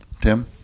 Tim